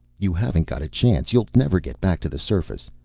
you haven't got a chance. you'll never get back to the surface.